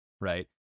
right